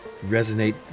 resonate